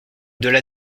delà